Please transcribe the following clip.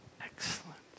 Excellent